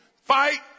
fight